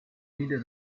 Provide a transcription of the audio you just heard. diente